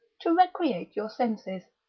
to recreate your senses.